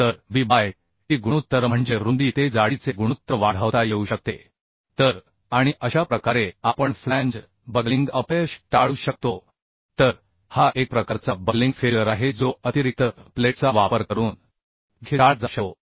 तर B by T गुणोत्तर म्हणजे रुंदी ते जाडीचे गुणोत्तर वाढवता येऊ शकते तर आणि अशा प्रकारे आपण फ्लॅंज बकलिंग अपयश टाळू शकतो तर हा एक प्रकारचा बकलिंग फेल्युअर आहे जो अतिरिक्त प्लेटचा वापर करून देखील टाळला जाऊ शकतो